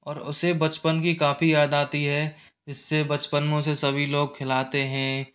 और उसे बचपन की काफ़ी याद आती है जिससे बचपन में उसे सभी लोग खिलाते हैं